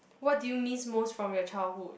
what do you miss most from your childhood